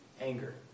Anger